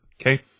Okay